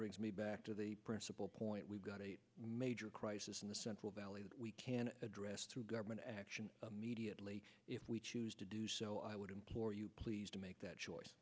brings me back to the principal point we've got a major crisis in the central valley that we can address through government action immediately if we choose to do so i would implore you please to make that choice